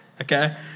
okay